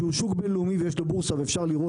שהוא שוק בין לאומי ויש לו בורסה ואפשר לראות